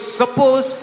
suppose